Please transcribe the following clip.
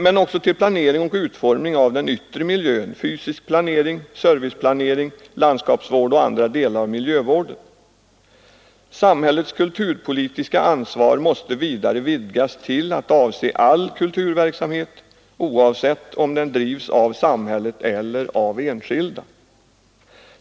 — men också till planering och utformning av den yttre miljön — fysisk planering, serviceplanering, landskapsvård och andra delar av miljövården. Samhällets kulturpolitiska ansvar måste vidare vidgas till att avse all kulturverksamhet, oavsett om den drivs av samhället eller av enskilda.